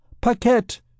Paquette